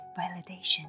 validation